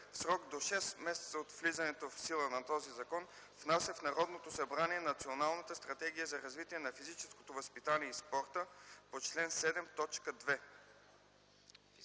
срок до шест месеца от влизането в сила на този закон внася в Народното събрание Националната стратегия за развитие на физическото възпитание и спорт по чл. 7,